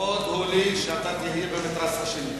הכבוד הוא לי שאתה תהיה במתרס השני.